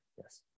Yes